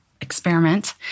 experiment